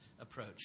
Approach